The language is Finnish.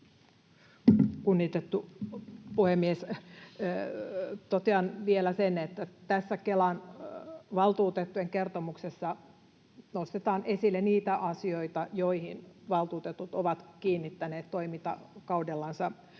Kunnioitettu puhemies! Totean vielä sen, että tässä Kelan valtuutettujen kertomuksessa nostetaan esille niitä asioita, joihin valtuutetut ovat kiinnittäneet toimintakaudellansa